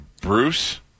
Bruce